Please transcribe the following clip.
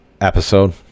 episode